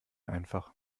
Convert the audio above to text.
einfach